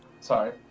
Sorry